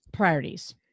priorities